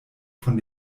von